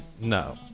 No